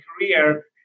career